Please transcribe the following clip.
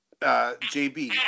JB